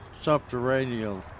subterranean